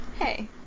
Hey